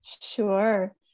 Sure